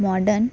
modern